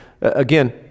again